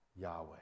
Yahweh